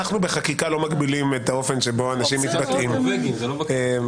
על אף האמור בסעיף קטן (א),